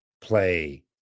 play